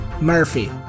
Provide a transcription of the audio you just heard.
Murphy